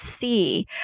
see